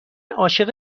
عاشق